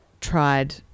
tried